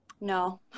No